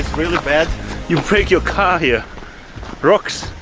really bad you break your car here rocks,